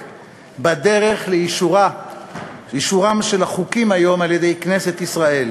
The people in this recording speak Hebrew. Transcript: בדרך לאישורם של החוקים היום על-ידי כנסת ישראל: